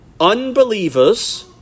Unbelievers